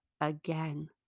again